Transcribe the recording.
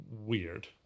weird